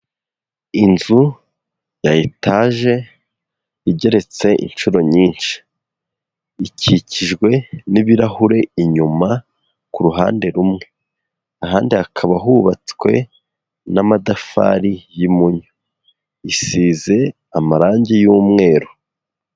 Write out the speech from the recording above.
Inzu ya etaje igeretse inshuro nyinshi. Ikikijwe n'ibirahure inyuma ku ruhande rumwe, ahandi hakaba hubatswe n'amatafari y'impunyu, isize amarangi y'umweru.